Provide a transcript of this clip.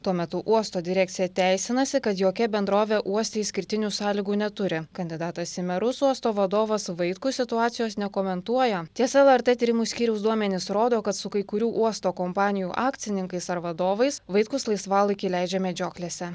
tuo metu uosto direkcija teisinasi kad jokia bendrovė uoste išskirtinių sąlygų neturi kandidatas į merus uosto vadovas vaitkus situacijos nekomentuoja tiesa lrt tyrimų skyriaus duomenys rodo kad su kai kurių uosto kompanijų akcininkais ar vadovais vaitkus laisvalaikį leidžia medžioklėse